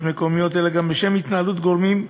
מקומיות אלא גם בשל התנהלות גורמים יזמיים,